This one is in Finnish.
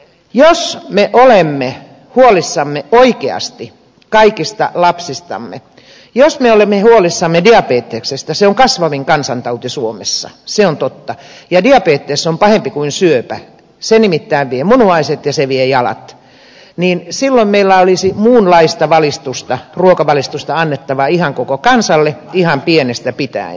jos me olemme huolissamme oikeasti kaikista lapsistamme jos me olemme huolissamme diabeteksesta joka on kasvavin kansantauti suomessa se on totta ja diabetes on pahempi kuin syöpä se nimittäin vie munuaiset ja se vie jalat silloin meillä olisi muunlaista ruokavalistusta annettava ihan koko kansalle ihan pienestä pitäen